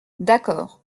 d’accord